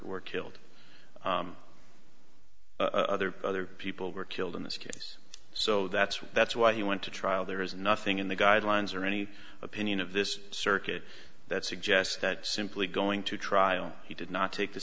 were killed other other people were killed in this case so that's why that's why he went to trial there is nothing in the guidelines or any opinion of this circuit that suggests that simply going to trial he did not take the